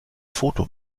foto